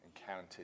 encountered